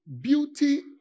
Beauty